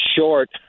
short